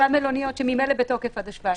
זה המלוניות שממילא בתוקף עד ה-17.